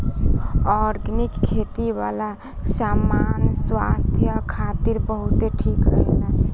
organic खेती वाला सामान स्वास्थ्य खातिर बहुते ठीक रहेला